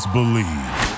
Believe